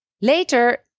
Later